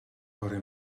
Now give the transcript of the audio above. bore